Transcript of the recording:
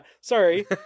sorry